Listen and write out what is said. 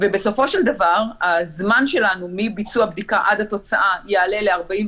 ובסופו של דבר הזמן שלנו מביצוע הבדיקה עד התוצאה יעלה ל-48,